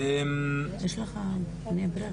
בני ברק